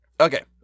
Okay